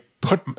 put